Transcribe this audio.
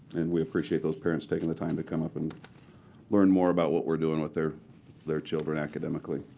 and we appreciate those parents taking the time to come up and learn more about what we're doing with their their children academically.